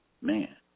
Man